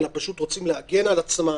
אלא פשוט רוצים להגן על עצמם,